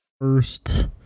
first